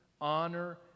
honor